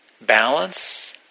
balance